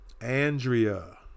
Andrea